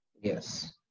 Yes